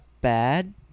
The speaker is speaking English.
bad